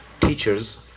teachers